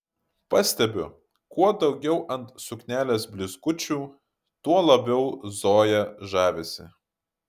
pastebiu kuo daugiau ant suknelės blizgučių tuo labiau zoja žavisi